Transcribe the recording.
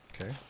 Okay